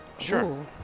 Sure